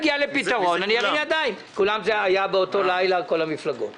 ככל אשר לאל ידינו כדי לקיים את החלטות הממשלה האלה.